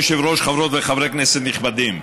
אדוני היושב-ראש, חברות וחברי כנסת נכבדים,